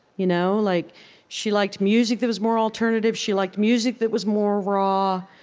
you know? like she liked music that was more alternative she liked music that was more raw.